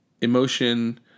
Emotion